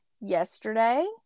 yesterday